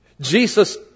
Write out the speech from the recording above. Jesus